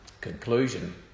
conclusion